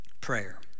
prayer